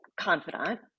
confidant